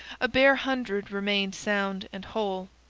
a bare hundred remained sound and whole.